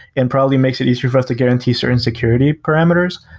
and probably makes it easier for us to guarantee certain security parameters.